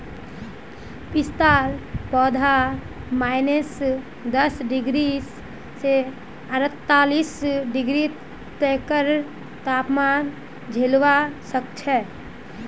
पिस्तार पौधा माइनस दस डिग्री स अड़तालीस डिग्री तकेर तापमान झेलवा सख छ